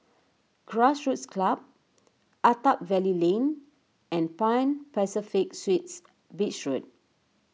Grassroots Club Attap Valley Lane and Pan Pacific Suites Beach Road